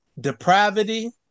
Depravity